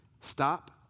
stop